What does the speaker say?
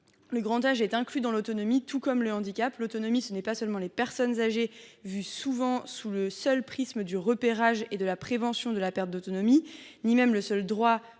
Le grand âge est inclus dans l’autonomie, tout comme le handicap. L’autonomie, cela ne concerne pas seulement les personnes âgées, souvent vues sous le seul prisme du repérage et de la prévention de la perte d’autonomie, ou le droit